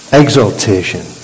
exaltation